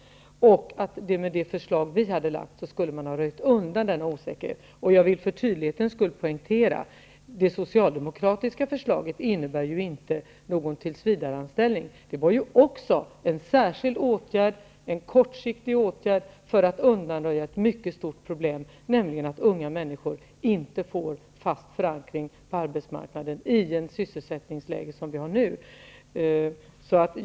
Med det förslag som vi har lagt fram skulle man ha röjt undan den osäkerheten. För tydlighetens skull vill jag poängtera att det socialdemokratiska förslaget inte innebar någon tillsvidareanställning. Det var också en särskild, kortsiktig åtgärd för att undanröja ett mycket stort problem, nämligen att unga människor inte får någon fast förankring på arbetsmarknaden i det sysselsättningsläge som vi har i dag.